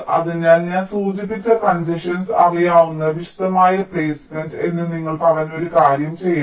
അതിനാൽ ഞാൻ സൂചിപ്പിച്ച കൺജഷൻസ് അറിയാവുന്ന വിശദമായ പ്ലെയ്സ്മെന്റ് എന്ന് നിങ്ങൾ പറഞ്ഞ ഒരു കാര്യം നിങ്ങൾ ചെയ്യണം